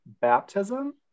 baptism